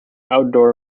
outdoor